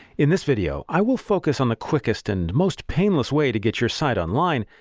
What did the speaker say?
in this video i will focus on the quickest and most painless way to get your site online,